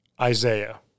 Isaiah